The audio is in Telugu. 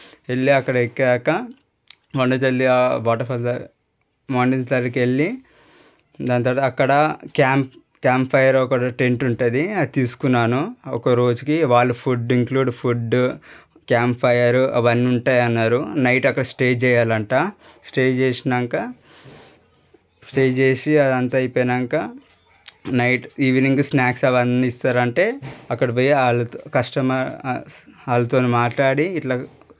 వెళ్ళి అక్కడికి ఎక్కాక వంజంగి వాటర్ ఫాల్స్ దగ్గర మౌంటైన్స్ దగ్గరికి వెళ్ళి ఇంకా అక్కడ క్యాంప్ క్యాంప్ఫైర్ ఒకటి టెంట్ ఉంటుంది అది తీసుకున్నాను ఒక రోజుకి వాళ్ళ ఫుడ్ ఇంక్లూడ్ ఫుడ్ క్యాంప్ఫైర్ అవన్నీ ఉంటాయి అన్నారు నైట్ అక్కడ స్టే చేయాలి అంట స్టే చేసినాక స్టే చేసి అదంతా అయిపోయినాక నైట్ ఈవెనింగ్ స్నాక్స్ అవన్నీ ఇస్తారంటే అక్కడ పోయి వాళ్ళతో కస్టమర్ వాళ్ళతో మాట్లాడి ఇట్లాగా